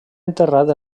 enterrat